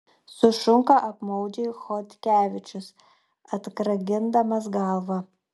sušunka apmaudžiai chodkevičius atkragindamas galvą